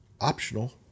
optional